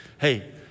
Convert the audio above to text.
Hey